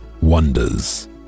wonders